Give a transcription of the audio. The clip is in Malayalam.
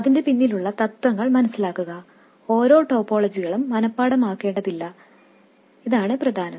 അതിൻറെ പിന്നിലുള്ള തത്ത്വങ്ങൾ മനസിലാക്കുക ഓരോ ടോപ്പോളജികളും മനഃപാഠമാക്കേണ്ടതില്ല എന്നതാണ് ഏറ്റവും പ്രധാനം